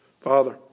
Father